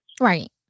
right